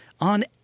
on